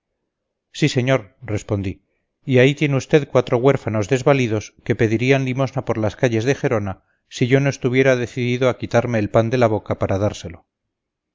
sí señor respondí y ahí tiene usted cuatro huérfanos desvalidos que pedirían limosna por las calles de gerona si yo no estuviera decidido a quitarme el pan de la boca para dárselo